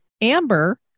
Amber